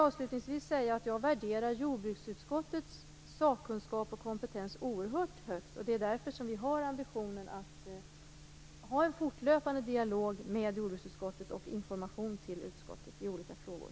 Avslutningsvis vill jag säga att jag värderar jordbruksutskottets sakkunskap och kompetens oerhört högt. Därför har vi ambitionen att ha en fortlöpande dialog med jordbruksutskottet och informera utskottet i olika frågor.